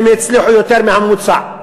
והם הצליחו יותר מהממוצע,